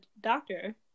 doctor